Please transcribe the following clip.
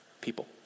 people